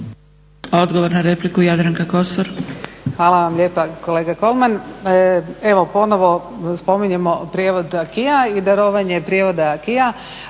Odgovor na repliku, Jadranka Kosor.